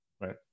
right